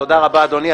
תודה רבה, אדוני.